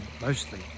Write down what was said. mostly